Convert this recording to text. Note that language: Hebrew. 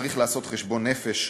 צריך לעשות חשבון נפש,